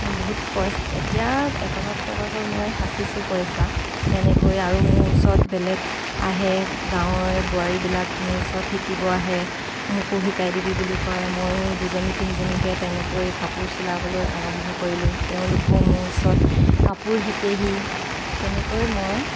বহুত পইচা এতিয়া এটকা দুটকাকৈ মই সাঁচিছো পইচা তেনেকৈ আৰু মোৰ ওচৰত বেলেগ আহে গাঁৱৰে বোৱাৰীবিলাক মোৰ ওচৰত শিকিব আহে মোকো শিকাই দিবি বুলি কয় ময়ো দুজনী তিনিজনীকে তেনেকৈ কাপোৰ চিলাবলৈ আৰম্ভ কৰিলোঁ তেওঁলোকো মোৰ ওচৰত কাপোৰ শিকেহি তেনেকৈ মই